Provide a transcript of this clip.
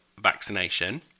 vaccination